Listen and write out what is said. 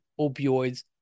opioids